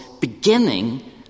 beginning